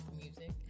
music